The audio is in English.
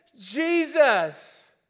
Jesus